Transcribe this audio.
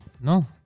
No